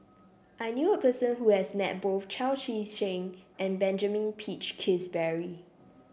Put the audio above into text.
I knew a person who has met both Chao Tzee Cheng and Benjamin Peach Keasberry